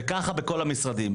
וככה בכל המשרדים.